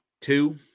two